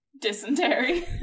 dysentery